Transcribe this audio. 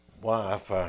wife